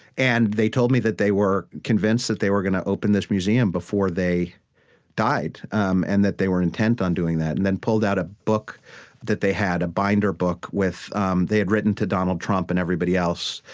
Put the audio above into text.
and they told me that they were convinced that they were going to open this museum before they died. um and that they were intent on doing that. and then pulled out a book that they had, a binder book, with um they had written to donald trump and everybody else,